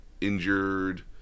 injured